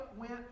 went